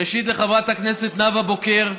ראשית, חברת הכנסת נאוה בוקר,